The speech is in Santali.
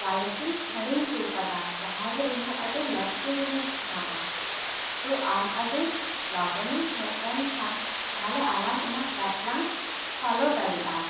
ᱳᱭᱟᱞᱮᱴᱤᱧ ᱦᱤᱲᱤᱧ ᱩᱴᱩ ᱠᱟᱫᱟ ᱡᱟᱦᱟ ᱨᱮ ᱤᱧᱟ ᱜ ᱟᱹᱰᱤ ᱞᱟᱹᱠᱛᱤ ᱡᱤᱱᱤᱥ ᱢᱤᱱᱟᱜᱼᱟ ᱛᱚ ᱟᱢ ᱟᱹᱰᱤ ᱞᱚᱜᱚᱱᱮᱢ ᱦᱮᱡ ᱞᱮᱱ ᱠᱷᱟᱱ ᱛᱟᱦᱚᱞᱮ ᱟᱞᱟᱝ ᱚᱱᱟ ᱠᱮᱯ ᱞᱟᱝ ᱯᱷᱚᱞᱳ ᱫᱟᱲᱮᱜᱼᱟ